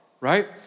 right